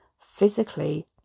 physically